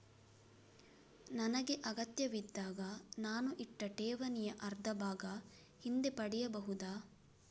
ನನಗೆ ಅಗತ್ಯವಿದ್ದಾಗ ನಾನು ಇಟ್ಟ ಠೇವಣಿಯ ಅರ್ಧಭಾಗ ಹಿಂದೆ ಪಡೆಯಬಹುದಾ?